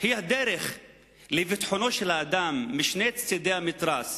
היא הדרך לביטחונו של האדם משני צדי המתרס,